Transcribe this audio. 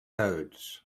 codes